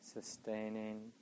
sustaining